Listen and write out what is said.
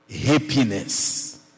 Happiness